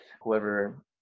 whoever